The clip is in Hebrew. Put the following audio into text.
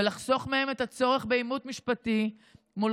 ולחסוך מהם את הצורך בעימות משפטי מול